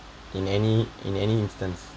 in any in any instance